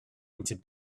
into